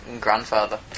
grandfather